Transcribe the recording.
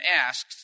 asked